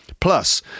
Plus